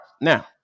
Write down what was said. Now